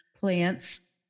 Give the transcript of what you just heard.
plants